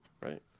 right